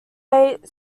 eight